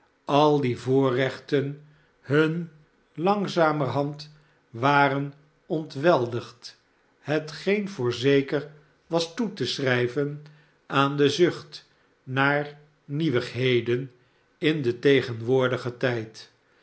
al die voorrechten hun langzamerhand waren ontweldigd hetgeen voorzeker was toe te schrijven aan de zucht naar nieuwigheden in den tegenwoordigen tijd